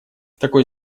такой